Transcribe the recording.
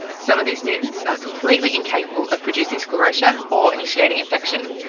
some of these mutants are completely incapable of producing sclerotia or initiating infection.